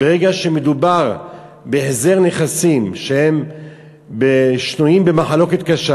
ברגע שמדובר בהחזר נכסים ששנויים במחלוקת קשה,